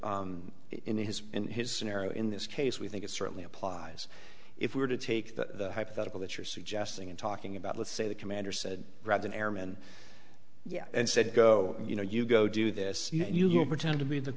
so in his in his scenario in this case we think it certainly applies if we were to take that hypothetical that you're suggesting and talking about let's say the commander said rather than airmen yeah and said go you know you go do this and you pretend to be the